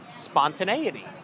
spontaneity